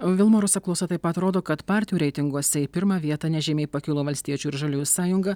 vilmorus apklausa taip pat rodo kad partijų reitinguose į pirmą vietą nežymiai pakilo valstiečių ir žaliųjų sąjunga